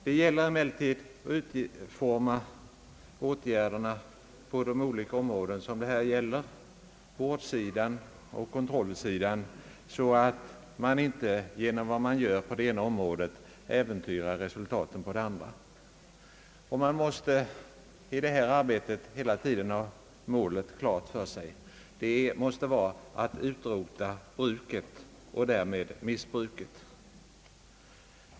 Det gäller emellertid att utforma åtgärderna på de olika områden. som det här gäller — på vårdsidan och på kontrollsidan — så att man inte genom vad man gör på det ena området äventyrar resultaten på det andra. Man måste i det här arbetet hela tiden ha målet klart för sig, nämligen att utrota bruket och därmed missbruket.